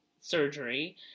surgery